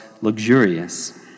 luxurious